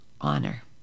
honor